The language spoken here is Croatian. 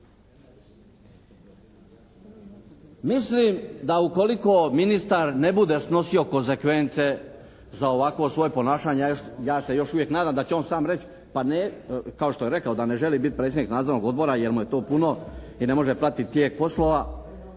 Mislim da ukoliko ministar ne bude snosio konsekvence za ovakvo svoje ponašanje, ja se još uvijek nadam da će on sam reći pa ne, kao što je rekao da ne želi biti predsjednik nadzornog odbora jer mu je to puno i ne može pratiti tijek poslova,